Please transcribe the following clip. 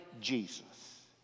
Jesus